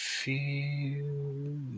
Feel